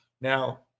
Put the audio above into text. now